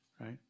right